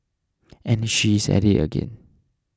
and she is at it again